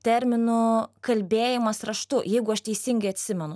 terminu kalbėjimas raštu jeigu aš teisingai atsimenu